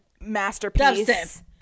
masterpiece